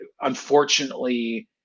unfortunately